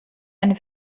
eine